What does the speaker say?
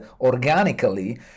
organically